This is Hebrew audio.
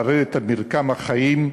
לערער את מרקם החיים,